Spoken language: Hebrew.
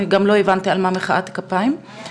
גם נורא מסורבלת עם הסעיפים והכל,